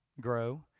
grow